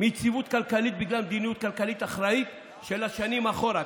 מיציבות כלכלית בגלל מדיניות כלכלית אחראית של שנים אחורה.